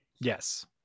yes